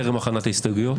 טרם הכנת ההסתייגויות.